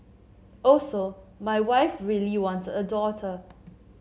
also my wife really wanted a daughter